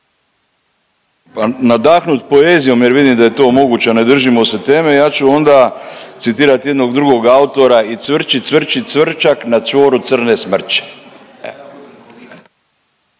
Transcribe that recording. nadahnut poezijom jer vidim da je to moguće, a ne držimo se teme ja ću onda citirat jednog drugog autora i cvrči, cvrči cvrčak na čvoru crne smrče.